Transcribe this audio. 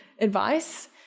advice